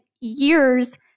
years